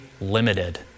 limited